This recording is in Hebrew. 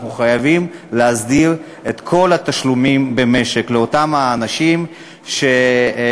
אנחנו חייבים להסדיר את כל התשלומים במשק לאותם האנשים שמביאים